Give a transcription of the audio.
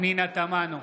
פנינה תמנו,